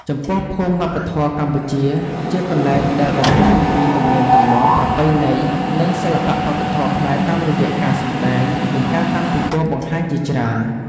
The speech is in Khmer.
ចំពោះភូមិវប្បធម៌កម្ពុជា ជាកន្លែងដែលបង្ហាញពីទំនៀមទម្លាប់ ប្រពៃណី និងសិល្បៈវប្បធម៌ខ្មែរតាមរយៈការសម្តែង និងការតាំងពិពណ៌បង្ហាញជាច្រើន។